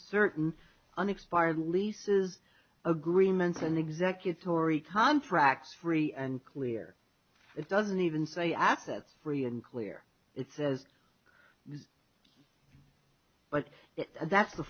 certain unexpired leases agreements and executor or e contracts free and clear it doesn't even say assets free and clear it says but that's the